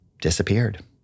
disappeared